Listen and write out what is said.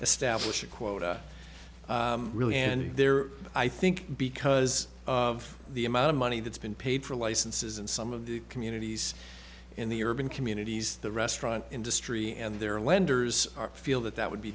establish a quota really and there i think because of the amount of money that's been paid for licenses and some of the communities in the urban communities the restaurant industry and their lenders are feel that that would be